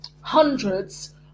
hundreds